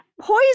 Poison